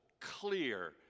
clear